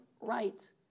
right